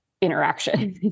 interaction